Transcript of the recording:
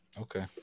Okay